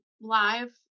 live